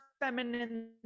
feminine